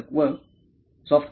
मुलाखत कर्ता व सॉफ्ट कॉपी